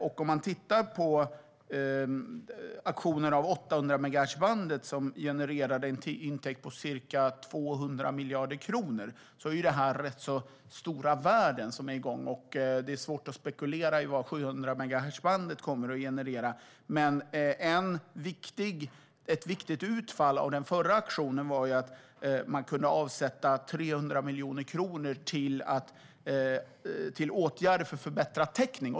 Man kan titta på auktionen av 800-megahertzbandet, som genererade en intäkt på ca 200 miljarder kronor. Det är rätt stora värden som är igång. Det är svårt att spekulera i vad 700-megahertzbandet kommer att generera. Men ett viktigt utfall av den förra auktionen var att man kunde avsätta 300 miljoner kronor till åtgärder för förbättrad täckning.